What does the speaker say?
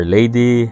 Lady